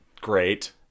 Great